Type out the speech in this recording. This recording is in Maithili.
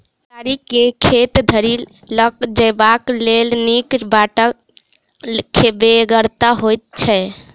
गाड़ी के खेत धरि ल जयबाक लेल नीक बाटक बेगरता होइत छै